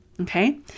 okay